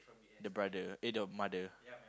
the brother eh the mother